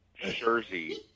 jersey